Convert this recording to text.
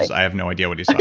i have no idea what he so